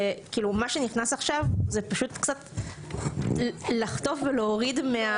וכאילו מה שנכנס עכשיו זה פשוט קצת לחטוף ולהוריד.